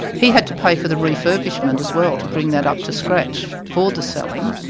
he had to pay for the refurbishment as well, to bring that up to scratch for the selling,